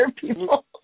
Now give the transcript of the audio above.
people